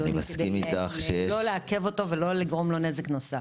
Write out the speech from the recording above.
כדי לא לעכב אותו ולא לגרום לו נזק נוסף.